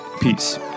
Peace